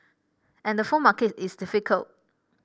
and the phone market is difficult